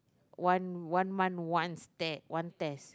one one month once test one test